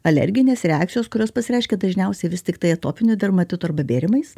alerginės reakcijos kurios pasireiškia dažniausiai vis tiktai atopiniu dermatitu arba bėrimais